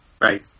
Right